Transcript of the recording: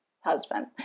husband